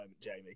Jamie